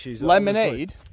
Lemonade